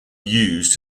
used